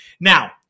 Now